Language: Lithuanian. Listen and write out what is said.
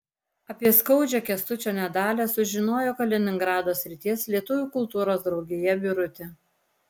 apie skaudžią kęstučio nedalią sužinojo kaliningrado srities lietuvių kultūros draugija birutė